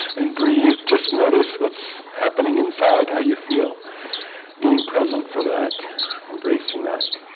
and breathe. just notice what's happening inside how you feel being present for that embracing that